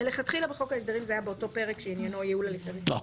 מלכתחילה בחוק ההסדרים זה היה באותו פרק שעניינו ייעול הליכי --- לא,